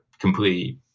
completely